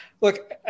look